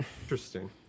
Interesting